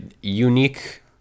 unique